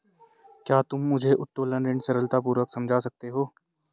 क्या तुम मुझे उत्तोलन ऋण सरलतापूर्वक समझा सकते हो?